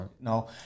No